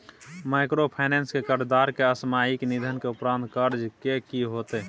Microfinance के कर्जदार के असामयिक निधन के उपरांत कर्ज के की होतै?